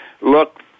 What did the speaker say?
look